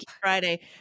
Friday